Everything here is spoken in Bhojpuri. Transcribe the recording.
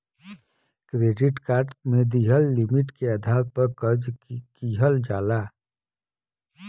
क्रेडिट कार्ड में दिहल लिमिट के आधार पर खर्च किहल जाला